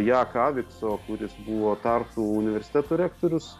jak avico kuris buvo tartu universiteto rektorius